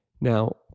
Now